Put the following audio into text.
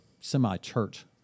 semi-church